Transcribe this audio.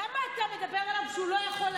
למה אתה מדבר עליו כשהוא לא יכול להגן על עצמו?